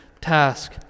task